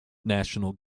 national